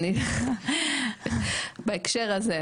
בהקשר הזה,